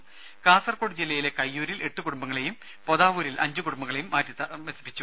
രേര കാസർകോട് ജില്ലയിൽ കയ്യൂരിൽ എട്ട് കുടുംബങ്ങളെയും പൊതാവൂരിൽ അഞ്ച് കുടുംബങ്ങളെയും മാറ്റിത്താമസിപ്പിച്ചു